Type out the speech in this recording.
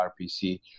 RPC